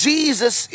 Jesus